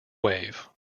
wave